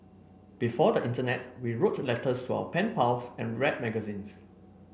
before the internet we wrote letters to our pen pals and read magazines